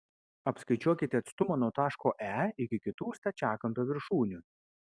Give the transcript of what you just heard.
apskaičiuokite atstumą nuo taško e iki kitų stačiakampio viršūnių